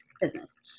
business